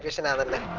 development